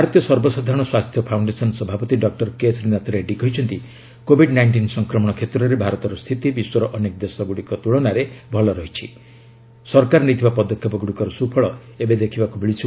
ଭାରତୀୟ ସର୍ବସାଧାରଣ ସ୍ୱାସ୍ଥ୍ୟ ଫାଉଣ୍ଡେସନ୍ ସଭାପତି ଡକ୍ଲର କେ ଶ୍ରୀନାଥ ରେଡ୍ଜୀ କହିଛନ୍ତି କୋଭିଡ୍ ନାଇଷ୍ଟିନ୍ ସଂକ୍ରମଣ କ୍ଷେତ୍ରରେ ଭାରତର ସ୍ଥିତି ବିଶ୍ୱର ଅନେକ ଦେଶ ତୁଳନାରେ ଭଲ ରହିଛି ଓ ସରକାର ନେଇଥିବା ପଦକ୍ଷେପଗୁଡ଼ିକର ସୁଫଳ ଏବେ ଦେଖିବାକୁ ମିଳୁଛି